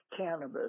cannabis